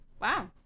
wow